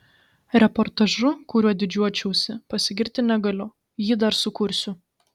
reportažu kuriuo didžiuočiausi pasigirti negaliu jį dar sukursiu